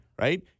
Right